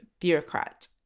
bureaucrat